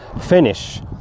finish